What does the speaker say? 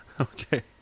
Okay